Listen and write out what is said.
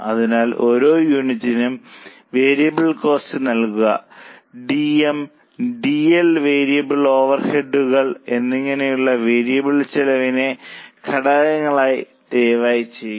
അതിനാൽ ഓരോ യൂണിറ്റിനും വേരിയബിൾ കോസ്റ്റ് നൽകുന്ന ഡിഎം ഡിഎൽ വേരിയബിൾ ഓവർഹെഡുകൾ എന്നിങ്ങനെയുള്ള വേരിയബിൾ ചെലവിന്റെ ഘടകങ്ങൾ ദയവായി എഴുതുക